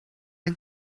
ein